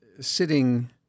sitting